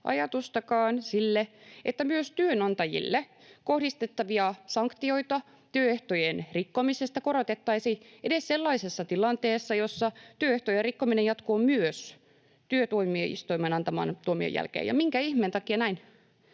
ajatustakaan sille, että myös työnantajille kohdistettavia sanktioita työehtojen rikkomisesta korotettaisiin edes sellaisessa tilanteessa, jossa työehtojen rikkominen jatkuu myös työtuomioistuimen antaman tuomion jälkeen. Ja minkä ihmeen takia näin?